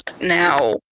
now